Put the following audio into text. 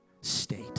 state